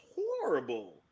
horrible